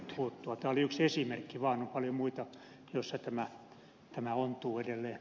tämä oli yksi esimerkki vaan on paljon muita joissa tämä ontuu edelleen